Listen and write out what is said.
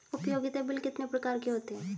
उपयोगिता बिल कितने प्रकार के होते हैं?